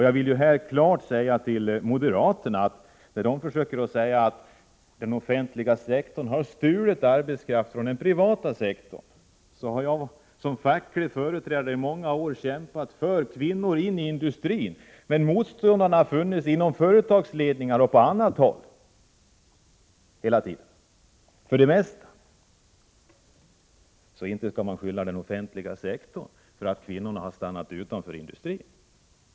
Jag vill här klart säga till moderaterna, när de försöker påstå att den offentliga sektorn har stulit arbetskraft från den privata sektorn, att jag som facklig företrädare i många år har kämpat för att få kvinnor in i industrin. Men motståndarna har hela tiden funnits i företagsledningar och på annat håll. Inte skall man skylla den offentliga sektorn för att kvinnorna har stannat utanför industrin.